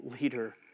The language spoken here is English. leader